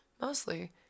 mostly